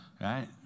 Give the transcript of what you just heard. Right